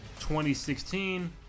2016